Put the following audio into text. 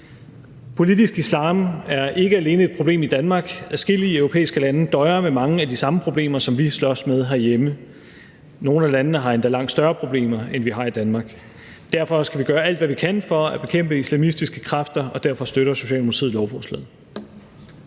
Politisk islam er ikke alene et problem i Danmark, adskillige europæiske lande døjer med mange af de samme problemer, som vi slås med herhjemme. Nogle af landene har endda langt større problemer, end vi har i Danmark. Derfor skal vi gøre alt, hvad vi kan, for at bekæmpe islamistiske kræfter, og derfor støtter Socialdemokratiet lovforslaget.